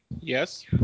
Yes